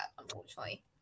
unfortunately